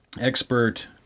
Expert